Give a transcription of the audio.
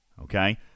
Okay